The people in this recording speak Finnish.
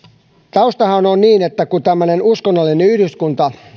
taustahan on niin että kun tämmöinen uskonnollinen yhdyskunta